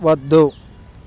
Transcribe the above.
వద్దు